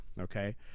Okay